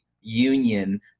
union